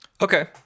Okay